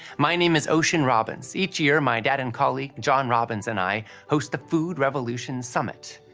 my name is ocean robbins. each year, my dad and colleague john robbins and i host the food revolution summit.